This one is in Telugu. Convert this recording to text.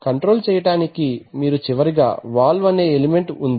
కంట్రోల్ చేయడానికి మీరు చివరిగా వాల్వ్ అనే ఎలిమెంట్ ఉంది